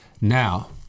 Now